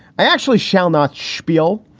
i actually shall not spiel.